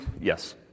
yes